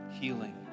Healing